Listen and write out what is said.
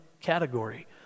category